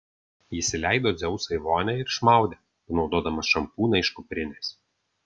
jis įleido dzeusą į vonią ir išmaudė panaudodamas šampūną iš kuprinės